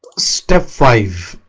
step five